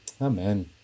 Amen